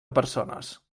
persones